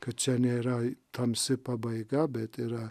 kad čia nėra tamsi pabaiga bet yra